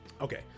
Okay